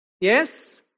Yes